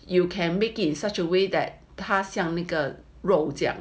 you can make it in such a way that 它像那个肉这样